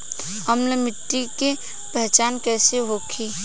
अम्लीय मिट्टी के पहचान कइसे होखे?